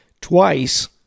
twice